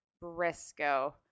Briscoe